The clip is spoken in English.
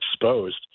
exposed